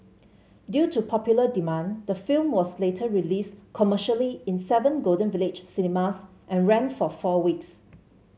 due to popular demand the film was later released commercially in seven Golden Village cinemas and ran for four weeks